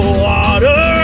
water